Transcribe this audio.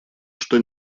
что